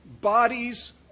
bodies